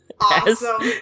Awesome